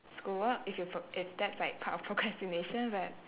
schoolwork if it if that's like part of procrastination but